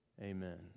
Amen